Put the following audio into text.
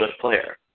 player